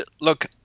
look